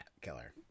killer